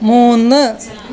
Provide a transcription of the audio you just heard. മൂന്ന്